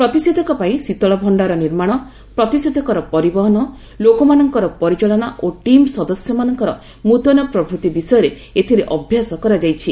ପ୍ରତିଷେଧକ ପାଇଁ ଶୀତଳ ଭଣ୍ଡାର ନିର୍ମାଣ ପ୍ରତିଷେଧକର ପରିବହନ ଲୋକମାନଙ୍କର ପରିଚାଳନା ଓ ଟିମ୍ ସଦସ୍ୟମାନଙ୍କର ମୁତୟନ ପ୍ରଭୂତି ବିଷୟରେ ଏଥିରେ ଅଭ୍ୟାସ କରାଯାଇଛି